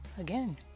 Again